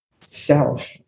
self